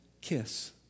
kiss